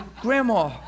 Grandma